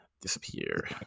disappear